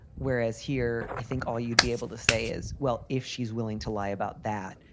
whereas here, i think all you'd be able to say is, well, if she's willing to lie about that,